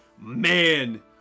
man